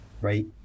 right